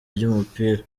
ry’umupira